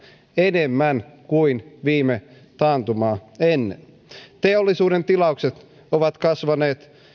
enemmän kuin viime taantumaa ennen teollisuuden tilaukset ovat kasvaneet